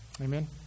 Amen